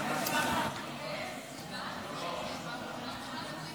שנרצח במסיבה ברעים.